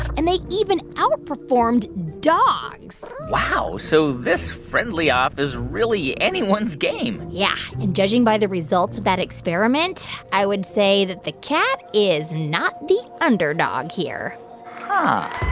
and they even outperformed dogs wow. so this friendly-off is really anyone's game yeah. and judging by the results of that experiment, i would say that the cat is not the underdog here huh